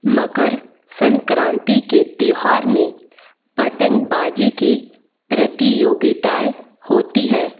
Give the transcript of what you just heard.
मकर संक्रांति के त्यौहार में पतंगबाज़ी की प्रतियोगिताएँ होती हैं